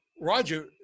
roger